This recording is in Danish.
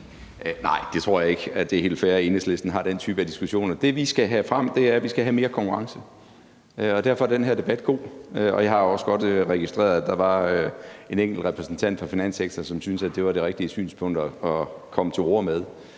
Nej, det tror jeg ikke. Det er helt fair, at Enhedslisten tager den type diskussioner. Det, vi skal frem til, er, at vi skal have mere konkurrence, og derfor er den her debat god. Jeg har også godt registreret, at der var en enkelt repræsentant fra finanssektoren, som syntes, at det var det rigtige synspunkt at bringe frem